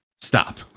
stop